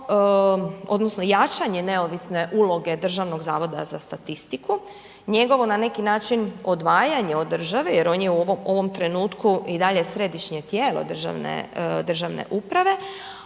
odnosno jačanje neovisne uloge Državnog zavoda za statistiku, njegovo na način odvajanje od države jer on je u ovom trenutku i dalje središnje tijelo državne uprave